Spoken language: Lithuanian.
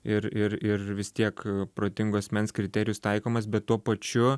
ir ir ir vis tiek protingo asmens kriterijus taikomas bet tuo pačiu